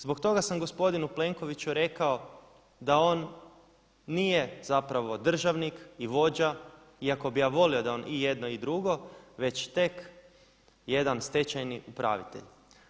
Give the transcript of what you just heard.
Zbog toga sam gospodinu Plenkoviću rekao da on nije zapravo državnik i vođa iako bi ja volio da je on i jedno i drugo, već tek jedan stečajni upravitelj.